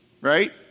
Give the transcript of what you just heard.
Right